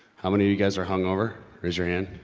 how many of you guys are hungover? raise your hand,